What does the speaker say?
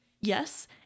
Yes